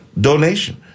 donation